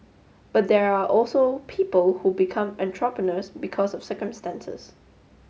but there are also people who become entrepreneurs because of circumstances